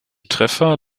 treffer